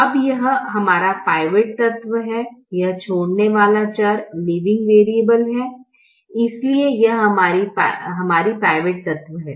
अब यह हमारा पिवोट तत्व है यह छोड़ने वाला चर है इसलिए यह हमारी पिवोट तत्व है